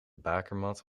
bakermat